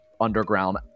underground